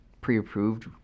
pre-approved